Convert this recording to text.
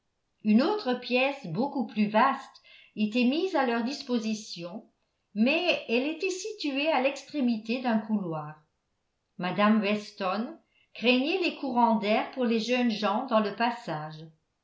une autre pièce beaucoup plus vaste était mise à leur disposition mais elle était située à l'extrémité d'un couloir mme weston craignait les courants d'air pour les jeunes gens dans le passage